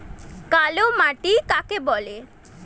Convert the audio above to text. কালো মাটি কাকে বলে?